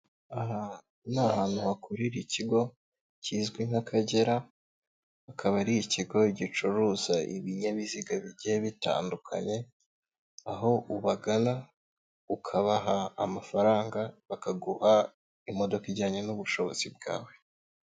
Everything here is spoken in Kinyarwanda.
Hano ni ahantu hakorera ikigo kizwi nk'Akagera, Akaba ari ikigo gicuruza ibinyabiziga bigiye bitandukanye, aho ubagana, ukabaha amafaranga, bakaguha imodoka ijyanye n'ubushobozi bwawe